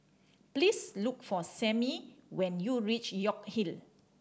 please look for Sammy when you reach York Hill